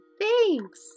thanks